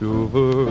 over